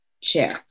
Chair